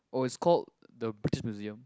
oh it's called the British Museum